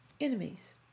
enemies